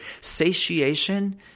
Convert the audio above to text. Satiation